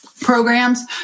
Programs